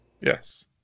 Yes